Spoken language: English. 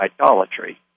idolatry